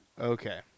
Okay